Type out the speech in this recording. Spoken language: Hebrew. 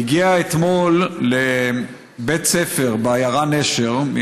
הגיע אתמול לבית ספר בעיירה נשר,